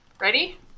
Ready